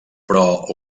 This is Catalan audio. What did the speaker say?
però